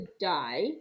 die